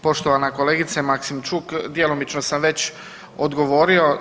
Poštovana kolegice Maksimčuk, djelomično sam već odgovorio.